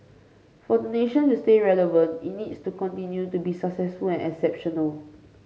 for the nation to stay relevant it needs to continue to be successful and exceptional